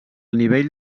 nivell